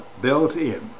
built-in